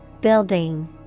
Building